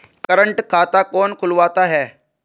Current खाता कौन खुलवाता है?